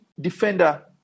defender